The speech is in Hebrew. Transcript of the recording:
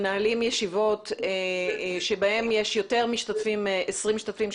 מנהלים ישיבות בהן יש יותר מ-20 משתתפים,